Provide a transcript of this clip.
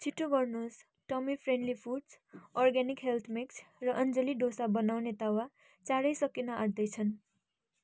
छिटो गर्नुहोस् tummy friendly foods organic health mix र अञ्जली डोसा बनाउने तावा चाँडै सकिन आँट्दै छन्